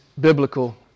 biblical